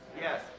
Yes